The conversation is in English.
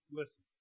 listen